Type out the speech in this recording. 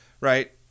right